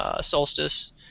Solstice